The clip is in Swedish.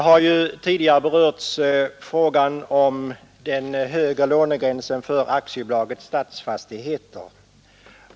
Herr talman! Frågan om den högre lånegränsen för AB Stadsfastigheter har berörts tidigare i debatten.